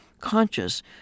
conscious